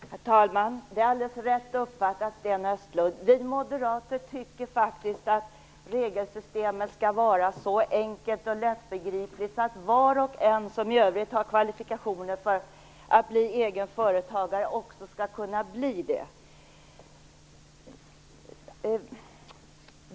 Herr talman! Det är alldeles rätt uppfattat, Sten Östlund. Vi moderater tycker faktiskt att regelsystemet skall vara så enkelt och lättbegripligt att var och en som i övrigt har kvalifikationer att bli egen företagare också skall kunna bli det.